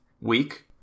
week